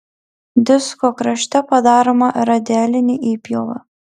disko krašte padaroma radialinė įpjova